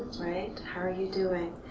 right? how are you doing?